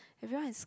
everyone is